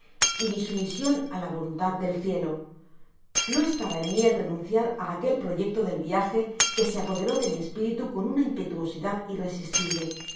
y mi sumision á la voluntad del cielo no estaba en mi el renunciar á aquel proyecto del viaje que se apoderó de mi espiritu con una impetuosidad irresistible